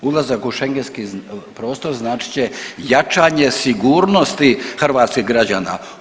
Ulazak u Schengenski prostor značit će jačanje sigurnosti hrvatskih građana.